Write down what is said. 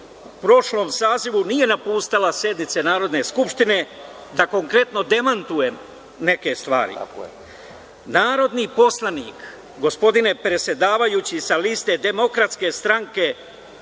u prošlom sazivu nije napuštala sednice Narodne skupštine da konkretno demantujem neke stvari. Narodni poslanik, gospodine predsedavajući, sa liste DS u